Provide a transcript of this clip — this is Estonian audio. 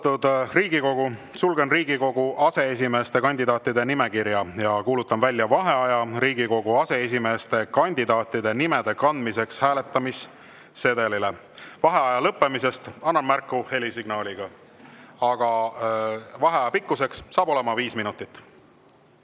Sulgen Riigikogu aseesimeeste kandidaatide nimekirja ja kuulutan välja vaheaja Riigikogu aseesimeeste kandidaatide nimede kandmiseks hääletamissedelile. Vaheaja lõppemisest annan märku helisignaaliga. Vaheaja pikkus on viis minutit.V